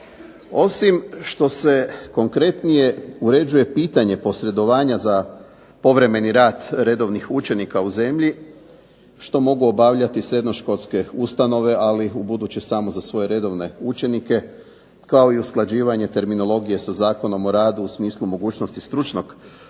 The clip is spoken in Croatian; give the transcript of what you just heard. Osim što se konkretnije uređuje pitanje posredovanja za povremeni rad redovnih učenika u zemlji što mogu obavljati srednjoškolske ustanove ali u buduće samo za svoje redovne učenike kao i usklađivanje terminologije sa Zakonom o radu u smislu mogućnosti stručnog